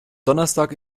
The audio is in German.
donnerstag